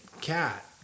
cat